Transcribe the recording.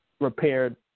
repaired